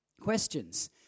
questions